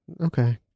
okay